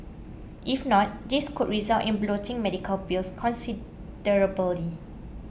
if not this could result in bloating medical bills considerably